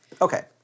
okay